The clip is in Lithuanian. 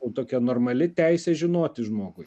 tokia normali teisė žinoti žmogui